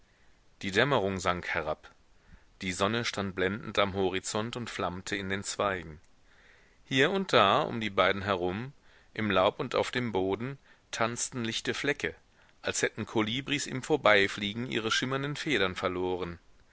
die dämmerung sank herab die sonne stand blendend am horizont und flammte in den zweigen hier und da um die beiden herum im laub und auf dem boden tanzten lichte flecke als hätten kolibris im vorbeifliegen ihre schimmernden federn verloren